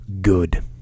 good